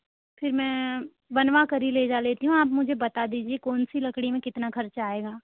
फिर मैं बनवाकर ही लेजा लेती हूँ आप मुझे बता दीजिए कौन सी लकड़ी में कितना खर्चा आएगा